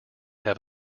have